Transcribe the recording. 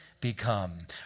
become